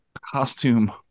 costume